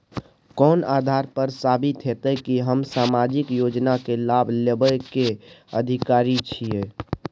कोन आधार पर साबित हेते की हम सामाजिक योजना के लाभ लेबे के अधिकारी छिये?